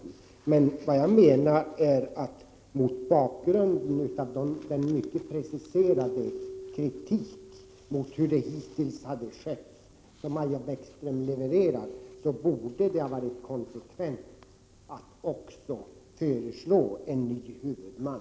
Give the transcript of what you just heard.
Jag menar emellertid att det hade varit konsekvent, mot bakgrund av den mycket preciserade kritik mot hur denna verksamhet hittills har skötts som Maja Bäckström har framfört, att föreslå en ny huvudman för verksamheten.